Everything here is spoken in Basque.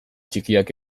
txikiak